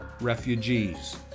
refugees